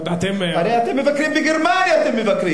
הרי אתם מבקרים, בגרמניה אתם מבקרים.